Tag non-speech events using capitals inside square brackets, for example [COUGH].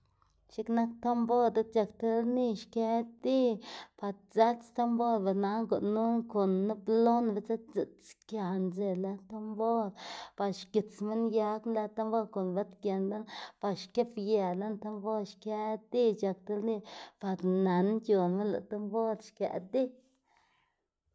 [NOISE] x̱iꞌk nak tambor diꞌt c̲h̲ak ti lni xkë di pa dzëts tambor be nana gunu kon nup lona dze dziꞌtskiaꞌ ndze lëd tambor pa xgits minn yag lëd tambor kon bët giendnu pa xkëbië lën tambor xkë di c̲h̲ak ti lni par nën c̲h̲onma lëꞌ tambor xkëꞌ di. [NOISE]